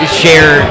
share